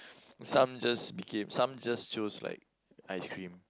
some just became some just chose like ice cream